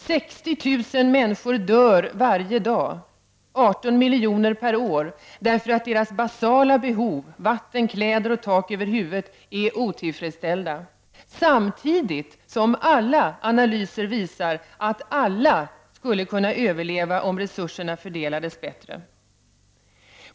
60 000 människor dör varje dag — 18 miljoner per år — därför att deras basala behov, dvs. av vatten, kläder och tak över huvudet, är otillfredsställda, samtidigt som alla analyser visar att alla skulle kunna överleva om resurserna fördelades bättre.